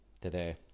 today